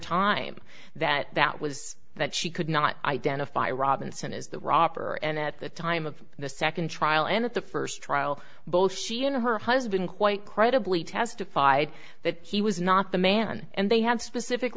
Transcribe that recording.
time that that was that she could not identify robinson is the robber and at the time of the second trial and at the first trial both she and her husband quite credibly testified that he was not the man and they had specific